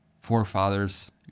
forefathers